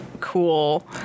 cool